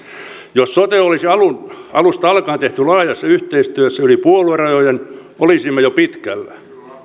jos sote olisi alun alun alkaen tehty laajassa yhteistyössä yli puoluerajojen olisimme jo pitkällä